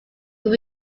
will